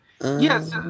Yes